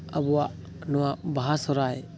ᱟᱵᱚᱣᱟᱜ ᱱᱚᱣᱟ ᱵᱟᱦᱟ ᱥᱚᱦᱨᱟᱭ